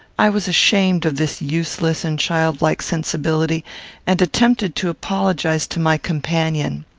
i was ashamed of this useless and childlike sensibility and attempted to apologize to my companion.